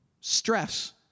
Stress